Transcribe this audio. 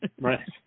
right